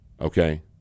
okay